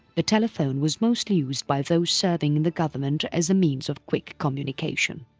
the telephone was mostly used by those serving in the government as a means of quick communication.